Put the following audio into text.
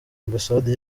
ambasade